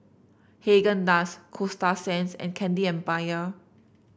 Haagen Dazs Coasta Sands and Candy Empire